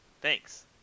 Thanks